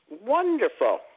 Wonderful